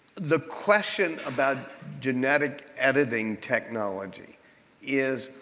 the question about genetic editing technology is,